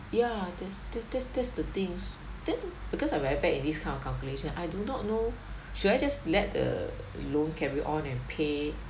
ya that's that's that's that's the things then because I very bad in this kind of calculation I do not know should I just let the loan carry on and pay